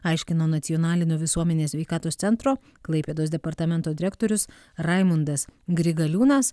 aiškino nacionalinio visuomenės sveikatos centro klaipėdos departamento direktorius raimundas grigaliūnas